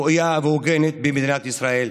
ראויה והוגנת במדינת ישראל.